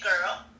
girl